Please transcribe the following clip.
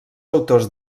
autors